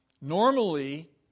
Normally